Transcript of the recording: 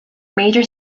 major